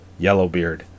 Yellowbeard